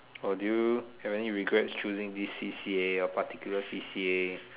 or do you have any regrets choosing this C_C_A or a particular C_C_A